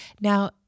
Now